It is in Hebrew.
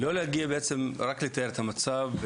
לא להגיע בעצם ורק לתאר את המצב,